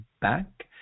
back